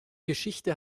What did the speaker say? geschichte